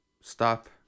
stop